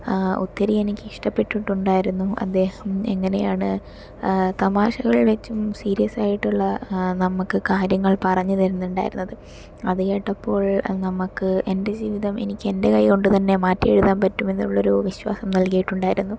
ഒത്തിരി എനിക്ക് ഇഷ്ടപെട്ടിട്ടുണ്ടായിരുന്നു അദ്ദേഹം എങ്ങനെയാണു തമാശകൾ വച്ചും സീരിയസ് ആയിട്ടുള്ള നമ്മൾക്കു കാര്യങ്ങൾ പറഞ്ഞുതരുന്നുണ്ടായിരുന്നത് അതുകേട്ടപ്പോൾ നമുക്ക് എന്റെ ജീവിതം എന്റെ കൈകൊണ്ടുതന്നെ മാറ്റിയെഴുതാൻ പറ്റുമെന്നുള്ളൊരു വിശ്വാസം നല്കിയിട്ടുണ്ടായിരുന്നു